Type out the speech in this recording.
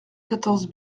quatorze